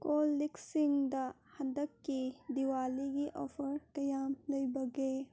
ꯀꯣꯜꯂꯤꯛꯁꯤꯡꯗ ꯍꯟꯗꯛꯀꯤ ꯗꯤꯋꯥꯂꯤꯒꯤ ꯑꯣꯐꯔ ꯀꯌꯥꯝ ꯂꯩꯕꯒꯦ